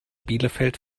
bielefeld